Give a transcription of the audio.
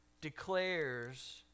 declares